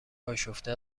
آشفته